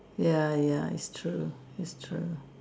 ya ya it's true it's true